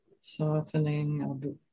softening